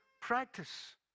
practice